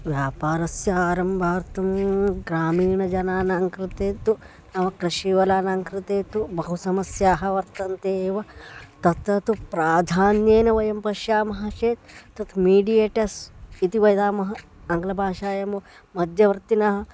व्यापारस्य आरम्भार्थं ग्रामीणजनानां कृते तु नाम कृषिवलानां कृते तु बहु समस्याः वर्तन्ते एव तत्र तु प्राधान्येन वयं पश्यामः चेत् तत् मीडियेटर्स् इति वदामः आङ्ग्लभाषायां मध्यवर्तिनः